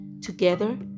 Together